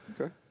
Okay